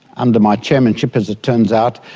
under my chairmanship as it turns out,